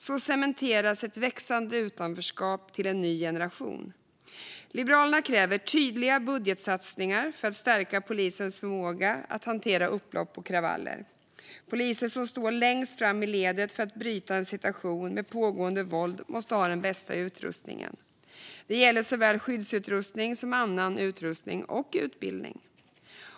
Så cementeras ett växande utanförskap till en ny generation. Liberalerna kräver tydliga budgetsatsningar för att stärka polisens förmåga att hantera upplopp och kravaller. Poliser som står längst fram i ledet för att bryta en situation med pågående våld måste ha den bästa utrustningen. Det gäller såväl skyddsutrustning som annan utrustning och utbildning.